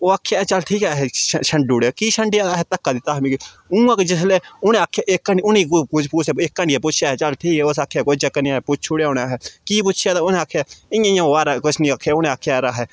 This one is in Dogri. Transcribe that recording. ओह आखेआ चल ठीक ऐ ऐ हे छंडू ओड़ेआ कीऽ छंडेया ऐहें धक्का दित्ता हा मिगी उ'आं गै जिसलै उ'नें आखेआ इक हांडियै उ'नें ई कुछ कुसै इक हांडियै पुच्छेआ ऐ हे चल ठीक ऐ उस आखेआ कोई चक्कर निं पुच्छी ओड़ेआ हून ऐहें कीऽ पुच्छेआ ते उ'नें आखेआ इ'यां' इ'यां होआ दा किश नि उ'नें आखेआ यरा ऐ हे